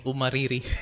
Umariri